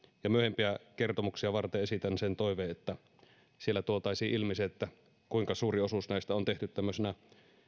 ja myöhempiä kertomuksia varten esitän sen toiveen että siellä tuotaisiin ilmi se kuinka suuri osuus näistä on tehty tämmöisinä